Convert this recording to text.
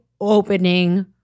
opening